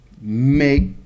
make